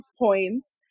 points